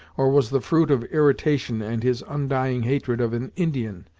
or was the fruit of irritation and his undying hatred of an indian,